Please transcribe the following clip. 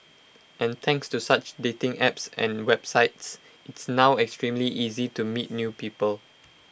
and thanks to such dating apps and websites it's now extremely easy to meet new people